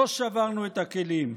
לא שברנו את הכלים,